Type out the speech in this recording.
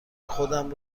خودم